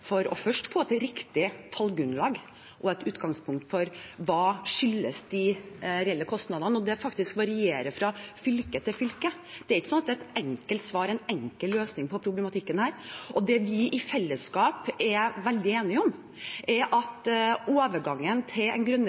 for først å få et riktig tallgrunnlag og et utgangspunkt for hva de reelle kostnadene skyldes. Det varierer fra fylke til fylke. Det er ikke slik at det er et enkelt svar og en enkel løsning på problematikken. Det vi i fellesskap er veldig enige om, er at overgangen til en